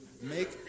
make